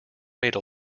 made